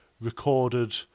recorded